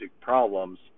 problems